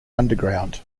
underground